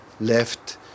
left